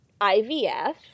IVF